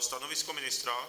Stanovisko ministra?